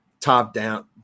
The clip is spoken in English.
top-down